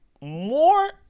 more